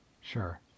Sure